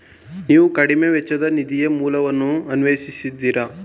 ನೀವು ಕಡಿಮೆ ವೆಚ್ಚದ ನಿಧಿಯ ಮೂಲಗಳನ್ನು ಅನ್ವೇಷಿಸಿದ್ದೀರಾ?